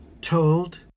Told